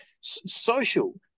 social